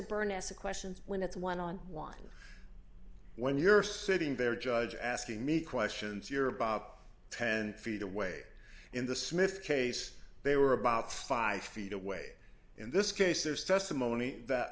a question when it's one on one when you're sitting there judge asking me questions you're about ten feet away in the smith case they were about five feet away in this case there's testimony that